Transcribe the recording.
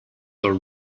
are